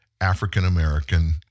African-American